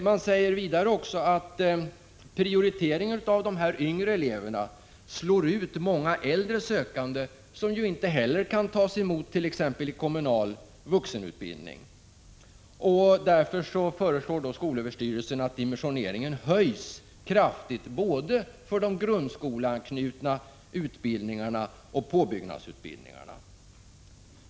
Man säger vidare att prioriteringar av de yngre eleverna slår ut många äldre sökande, som ju inte heller kan tas emot i t.ex. kommunal vuxenutbildning. Därför föreslår skolöverstyrelsen att dimensioneringen kraftigt höjs både för de grundskoleanknutna utbildningarna och för påbyggnadsutbildningarna.